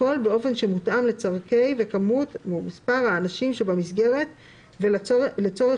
הכול באופן שמותאם לצרכי ומספר האנשים שבמסגרת ולצורך